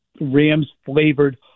Rams-flavored